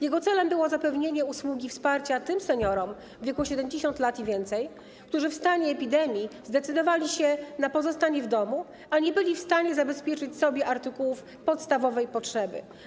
Jego celem było zapewnienie usługi wsparcia tym seniorom w wieku 70 lat i więcej, którzy w stanie epidemii zdecydowali się na pozostanie w domu, a nie byli w stanie zabezpieczyć sobie artykułów podstawowej potrzeby.